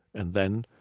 and then